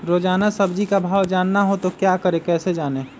रोजाना सब्जी का भाव जानना हो तो क्या करें कैसे जाने?